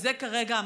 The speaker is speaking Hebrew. וזה כרגע המצב.